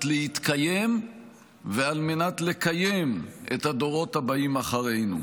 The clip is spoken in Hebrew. להתקיים ועל מנת לקיים את הדורות הבאים אחרינו.